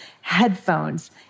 headphones